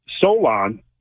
Solon